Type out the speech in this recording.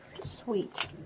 Sweet